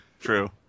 True